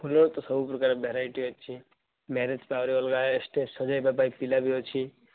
ଫୁଲ ତ ସବୁ ପ୍ରକାର ଭେରାଇଟି ଅଛି ମ୍ୟାରେଜ୍ ଅଲଗା ଷ୍ଟେଜ୍ ସଜେଇବା ପିଲା ବି ଅଛି